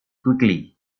quickly